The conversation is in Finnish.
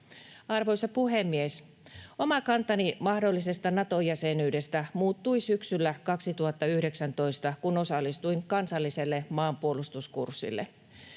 Arvoisa puhemies! Oma kantani mahdollisesta Nato-jäsenyydestä muuttui syksyllä 2019, kun osallistuin kansalliselle maanpuolustuskurssille.